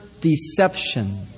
deception